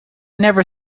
never